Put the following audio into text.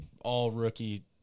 all-rookie